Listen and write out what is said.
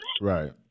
Right